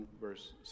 verse